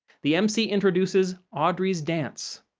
the emcee introduces audrey's dance.